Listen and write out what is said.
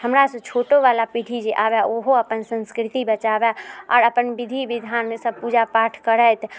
हमरासँ छोटोवला पीढ़ी जे आबै ओहो अपन संस्कृति बचाबै आओर अपन विधि विधानमे सब पूजा पाठ करैत